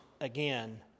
again